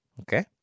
okay